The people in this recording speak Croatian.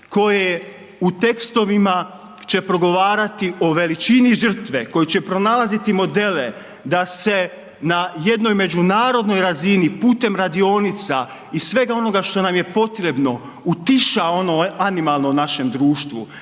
koje u tekstovima će progovarati o veličini žrtve, koji će pronalaziti modele da se na jednoj međunarodnoj razini putem radionica i svega onoga što nam je potrebno utiša ono animalno u našem društvu,